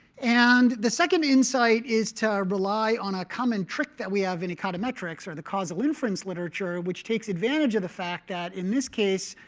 and the second insight is to rely on a common trick that we have in econometrics, or the causal inference literature, which takes advantage of the fact that, in this case,